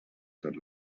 tot